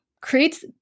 creates